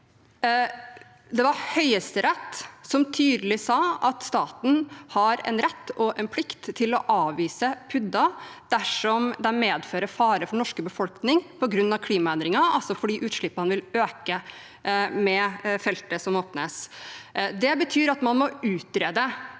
Det var Høyesterett som tydelig sa at staten har en rett og en plikt til å avvise PUD-er dersom de medfører fare for den norske befolkning på grunn av klimaendringer, altså fordi utslippene vil øke med feltet som åpnes. Det betyr at man må utrede